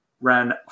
ran